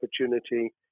opportunity